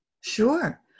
Sure